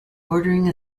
ordering